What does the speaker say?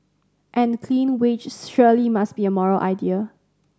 and clean wage surely must be a moral idea